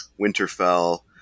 Winterfell